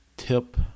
tip